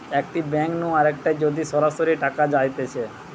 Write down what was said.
একটি ব্যাঙ্ক নু আরেকটায় যদি সরাসরি টাকা যাইতেছে